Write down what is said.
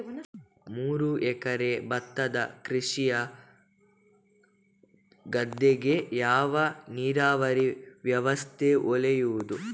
ಮೂರು ಎಕರೆ ಭತ್ತದ ಕೃಷಿಯ ಗದ್ದೆಗೆ ಯಾವ ನೀರಾವರಿ ವ್ಯವಸ್ಥೆ ಒಳ್ಳೆಯದು?